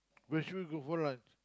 where should we go for lunch